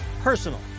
personal